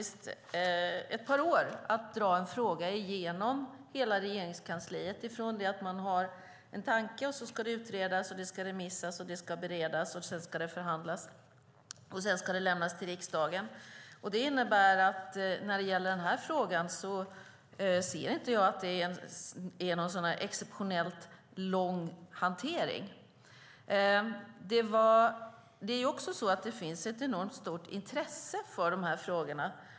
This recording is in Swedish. Det tar ett par år att föra en fråga genom hela Regeringskansliet, från det att tanken uppstår till utredning, remissomgång, beredning och förhandling, för att slutligen lämnas till riksdagen. Det innebär att jag beträffande den här frågan inte anser att det är en exceptionellt lång hanteringstid. Det finns ett enormt intresse för dessa frågor.